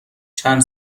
چند